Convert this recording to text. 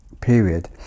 period